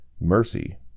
Mercy